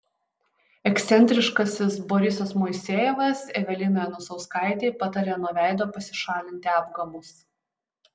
ekscentriškasis borisas moisejevas evelinai anusauskaitei patarė nuo veido pasišalinti apgamus